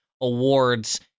awards